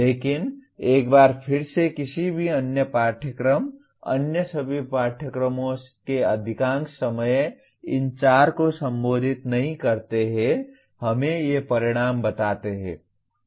लेकिन एक बार फिर से किसी भी अन्य पाठ्यक्रम अन्य सभी पाठ्यक्रमों के अधिकांश समय इन चार को संबोधित नहीं करते हैं हमें ये परिणाम बताते हैं